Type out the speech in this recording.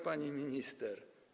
Pani Minister!